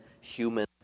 human